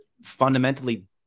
fundamentally